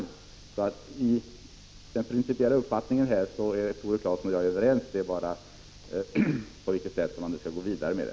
I fråga om den principiella uppfattningen är Tore Claeson och jag alltså överens. Sedan gäller det på vilket sätt man skall gå vidare.